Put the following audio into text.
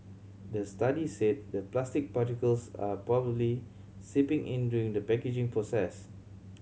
the study said that plastic particles are probably seeping in during the packaging process